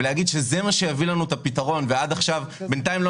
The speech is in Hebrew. להגיד שזה מה שיביא לנו את הפתרון ובינתיים לא